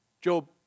Job